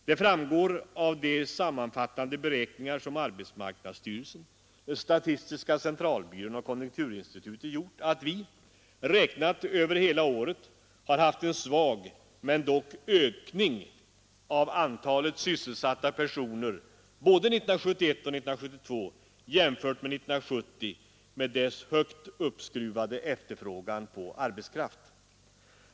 Det framgår av de sammanfattande beräkningar som arbetsmarknadsstyrelsen, statistiska centralbyrån och konjunkturinstitutet gjort att vi, räknat över hela året, har haft en svag men dock ökning av antalet sysselsatta personer både 1971 och 1972 jämfört med 1970 med dess högt uppskruvade efterfrågan på arbetskraft.